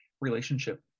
relationship